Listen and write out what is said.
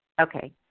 Okay